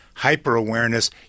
hyper-awareness